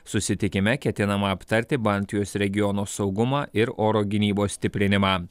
susitikime ketinama aptarti baltijos regiono saugumą ir oro gynybos stiprinimą